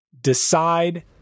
decide